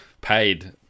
paid